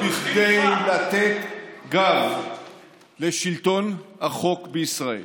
וכדי לתת גב לשלטון החוק בישראל.